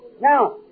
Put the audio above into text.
Now